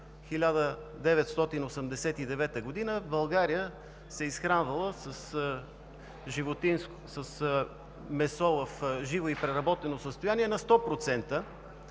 1989 г. България се е изхранвала с месо в живо и преработено състояние на 100%.